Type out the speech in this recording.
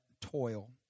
toil